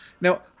Now